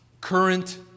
current